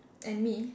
and me